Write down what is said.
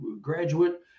graduate